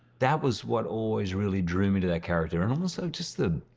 that was what always really drew me to that character and also just the